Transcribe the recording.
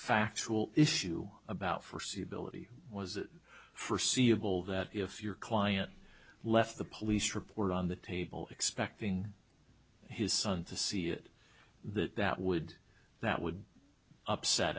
factual issue about foreseeability was that for seeable that if your client left the police report on the table expecting his son to see it that that would that would upset